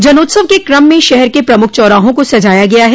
जनोत्सव के क्रम में शहर के प्रमुख चौराहों को सजाया गया है